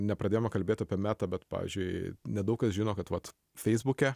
nepradėjome kalbėt apie metą bet pavyzdžiui nedaug kas žino kad vat feisbuke